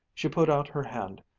she put out her hand,